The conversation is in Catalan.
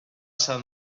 sant